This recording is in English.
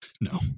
No